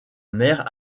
mère